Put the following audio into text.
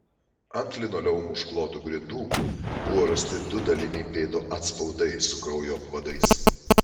ant linoleumu užklotų grindų buvo rasti du daliniai pėdų atspaudai su kraujo apvadais